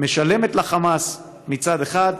משלמת לחמאס מצד אחד,